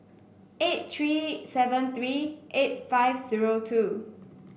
eight three seven three eight five zero two